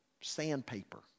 sandpaper